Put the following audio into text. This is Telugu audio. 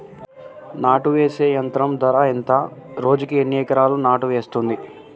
నాటు వేసే యంత్రం ధర ఎంత రోజుకి ఎన్ని ఎకరాలు నాటు వేస్తుంది?